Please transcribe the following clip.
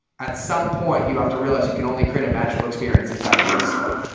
at some point you have to realize you can only create a magical experience inside of a restaurant.